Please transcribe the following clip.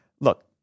look